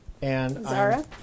Zara